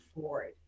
forward